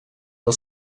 del